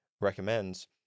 recommends